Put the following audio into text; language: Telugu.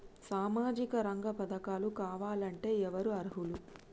సామాజిక రంగ పథకాలు కావాలంటే ఎవరు అర్హులు?